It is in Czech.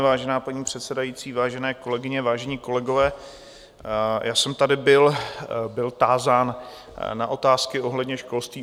Vážená paní předsedající, vážené kolegyně, vážení kolegové, já jsem tady byl tázán na otázky ohledně školství.